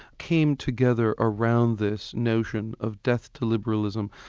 came together around this notion of death to liberalism,